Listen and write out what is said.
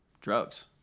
drugs